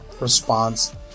Response